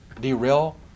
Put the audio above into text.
derail